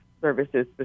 services